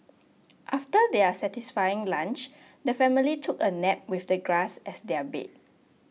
after their satisfying lunch the family took a nap with the grass as their bed